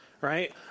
right